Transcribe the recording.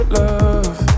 love